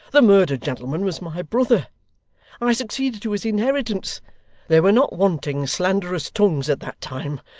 the murdered gentleman was my brother i succeeded to his inheritance there were not wanting slanderous tongues at that time,